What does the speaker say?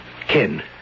Ken